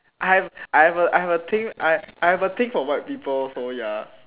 I have I have I have a thing I have a thing for white people so ya